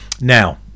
now